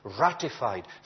ratified